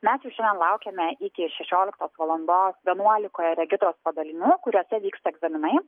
mes jų šiandien laukiame iki šešioliktos valandos vienuolikoje regitros padalinių kuriuose vyksta egzaminai